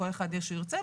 כל אחד איך שהוא ירצה,